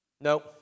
No